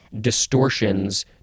distortions